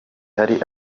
hari